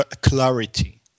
clarity